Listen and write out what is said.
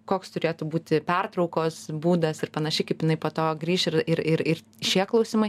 koks turėtų būti pertraukos būdas ir panašiai kaip jinai po to grįš ir ir ir ir šie klausimai